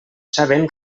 sabent